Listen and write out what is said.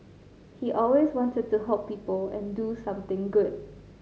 he always wanted to help people and do something good